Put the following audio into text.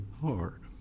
heart